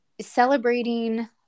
celebrating